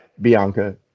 Bianca